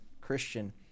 christian